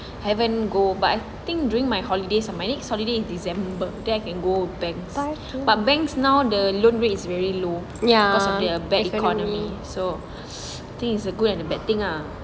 I haven't go buy thing during my holidays my next holiday is december then I can go banks but bank now the loan rate is very low because of their bad economy so these is good and a bad thing ah